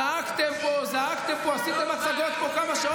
צעקתם פה, זעקתם פה, עשיתם הצגות פה כמה שעות.